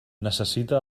necessite